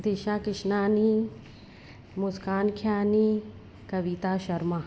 Disha Kishnani Muskan Khiyani Kavita Sharma